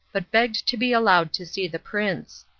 but begged to be allowed to see the prince.